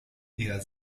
eher